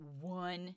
one